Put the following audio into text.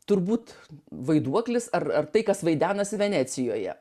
turbūt vaiduoklis ar ar tai kas vaidenasi venecijoje